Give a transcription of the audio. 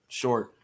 short